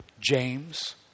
James